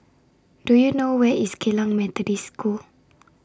Do YOU know Where IS Geylang Methodist School